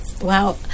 Wow